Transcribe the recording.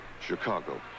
Chicago